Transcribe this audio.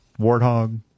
Warthog